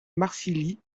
marcilly